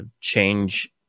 change